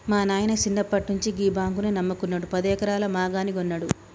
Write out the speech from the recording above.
మా నాయిన సిన్నప్పట్నుండి గీ బాంకునే నమ్ముకున్నడు, పదెకరాల మాగాని గొన్నడు